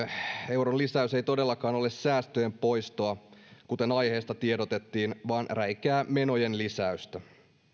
euron lisäys ei todellakaan ole säästöjen poistoa kuten aiheesta tiedotettiin vaan räikeää menojen lisäystä